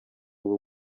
ubwo